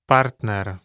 Partner